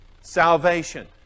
Salvation